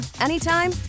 anytime